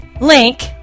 link